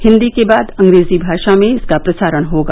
हिन्दी के बाद अंग्रेजी भाषा में इसका प्रसारण होगा